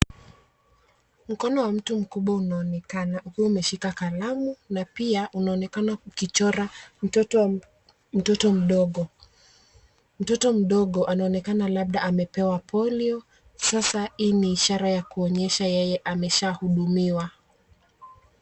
Mkono wa mtu mkubwa unaonekana ukiwa umeshika kalamu na pia unaonekana ukichora mtoto mdogo. Mtoto mdogo anaonekana labda amepewa polio. Sasa hii ni ishara ya kuonyesha yeye ameshaahudumiwa.